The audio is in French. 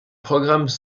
programmes